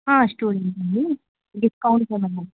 students అండి discount ఏమైనా